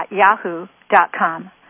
Yahoo.com